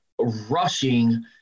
rushing